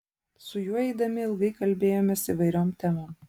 su juo eidami ilgai kalbėjomės įvairiom temom